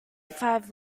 five